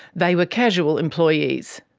they were casual employees.